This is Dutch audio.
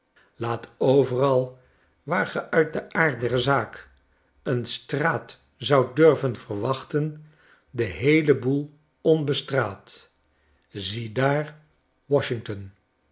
laat overal waar ge uit den aard der zaak een straat zoudt durven verwachten den heelen boel onbestraat ziedaar washington